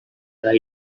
good